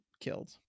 killed